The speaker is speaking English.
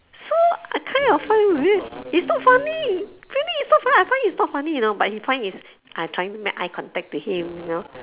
so I kinda find rea~ it's not funny really it's not funny I find it's not funny you know but he find it's I trying to make eye contact to him you know